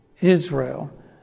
Israel